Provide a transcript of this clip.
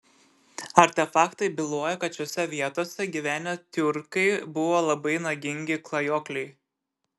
artefaktai byloja kad šiose vietose gyvenę tiurkai buvo labai nagingi klajokliai